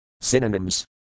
Synonyms